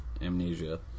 amnesia